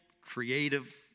creative